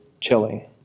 chilling